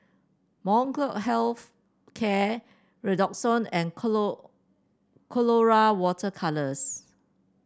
Molnylcke Health Care Redoxon and Colora Water Colours